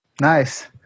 Nice